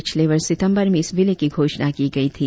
पिछले वर्ष सितंबर में इस विलय की घोषणा की गई थी